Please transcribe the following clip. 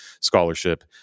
scholarship